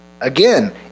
Again